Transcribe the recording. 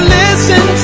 listen